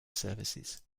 services